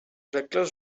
reckless